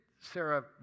Sarah